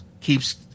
keeps